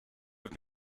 have